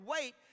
wait